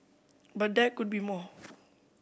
but there could be more